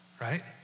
right